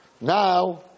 Now